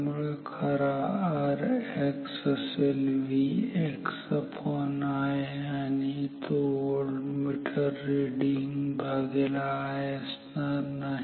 त्यामुळे खरा Rx असेल Vx I आणि तो व्होल्टमीटर रिडींग भागेल I असणार नाही